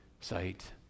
sight